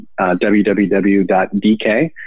www.dk